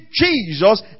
Jesus